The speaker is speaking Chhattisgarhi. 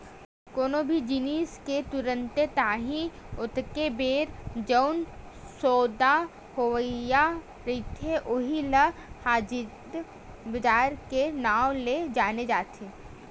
कोनो भी जिनिस के तुरते ताही ओतके बेर जउन सौदा होवइया रहिथे उही ल हाजिर बजार के नांव ले जाने जाथे